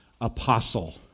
Apostle